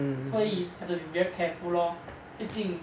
所以 have to be careful lor 毕竟